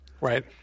Right